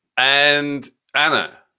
and anna,